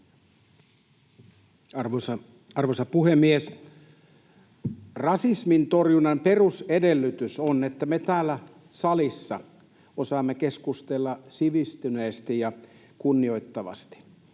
Arvoisa puhemies! Rasismin torjunnan perusedellytys on, että me täällä salissa osaamme keskustella sivistyneesti ja kunnioittavasti.